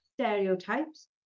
stereotypes